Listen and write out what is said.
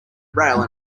rail